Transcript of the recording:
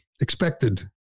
expected